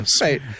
right